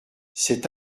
cet